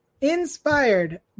inspired